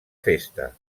festa